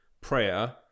prayer